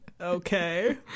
Okay